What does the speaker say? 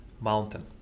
mountain